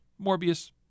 Morbius